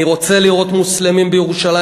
אני רוצה לראות מוסלמים בירושלים.